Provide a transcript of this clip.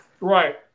Right